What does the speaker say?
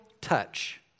touch